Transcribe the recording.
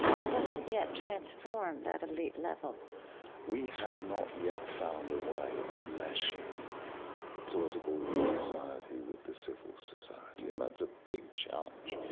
it doesn't yet transform that elite level we have not yet found a way of meshing the political society with the civil society, and that's a big challenge.